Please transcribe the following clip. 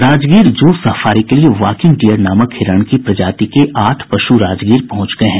Rajgir zoo safari के लिए walking deer नामक हिरण की प्रजाति के आठ पश् राजगीर पहुंच गये हैं